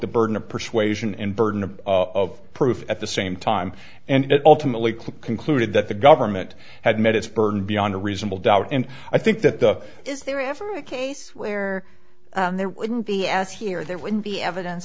the burden of persuasion and burden of proof at the same time and it ultimately clicked concluded that the government had met its burden beyond a reasonable doubt and i think that the is there ever a case where there wouldn't be as here or there wouldn't be evidence